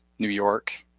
new york,